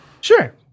Sure